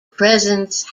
presence